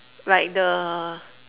like the